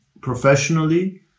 professionally